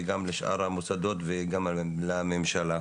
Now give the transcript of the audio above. גם לשאר המוסדות וגם לממשלה.